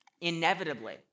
inevitably